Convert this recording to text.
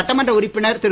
சட்டமன்ற உறுப்பினர் திரு